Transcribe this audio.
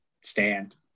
stand